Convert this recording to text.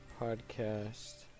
Podcast